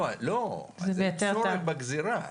לא, התשואה בגזירה.